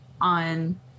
on